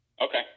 Okay